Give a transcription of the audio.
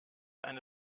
eine